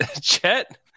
Chet